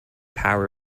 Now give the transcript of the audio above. power